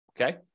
okay